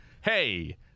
hey